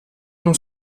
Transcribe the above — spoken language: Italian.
non